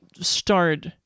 start